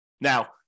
Now